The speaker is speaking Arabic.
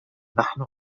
نحن